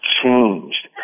changed